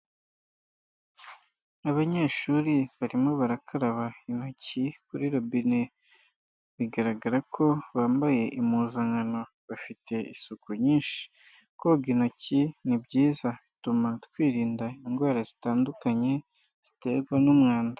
Abanyeshuri barimo barakaraba intoki, kuri robine, bigaragara ko bambaye impuzankano, bafite isuku nyinshi. Koga intoki, ni byiza, bituma twirinda indwara zitandukanye, ziterwa n'umwanda.